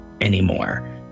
anymore